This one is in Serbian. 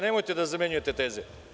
Nemojte da zamenjujete teze.